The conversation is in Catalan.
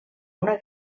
una